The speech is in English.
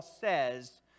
says